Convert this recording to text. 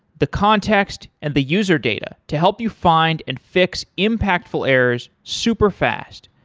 the context, and the user data to help you find and fix impactful errors superfast.